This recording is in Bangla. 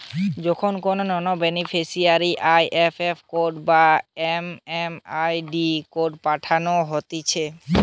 যখন কোনো নন বেনিফিসারিকে আই.এফ.এস কোড বা এম.এম.আই.ডি কোড পাঠানো হতিছে